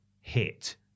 hit